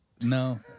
No